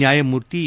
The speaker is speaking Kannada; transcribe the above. ನ್ಯಾಯಮೂರ್ತಿ ಎ